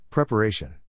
Preparation